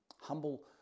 humble